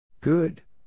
Good